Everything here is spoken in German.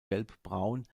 gelbbraun